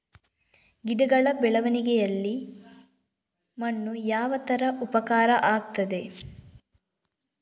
ಗಿಡಗಳ ಬೆಳವಣಿಗೆಯಲ್ಲಿ ಮಣ್ಣು ಯಾವ ತರ ಉಪಕಾರ ಆಗ್ತದೆ?